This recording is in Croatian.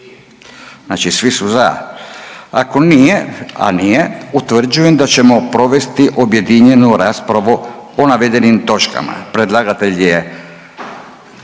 Znači svi su za. Ako nije, a nije, utvrđujem da ćemo provesti objedinju raspravu o navedenim točkama. Predlagatelj je